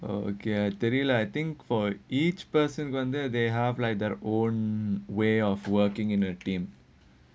oh okay I tell you lah I think for each person wanted their they have their own way of working in a team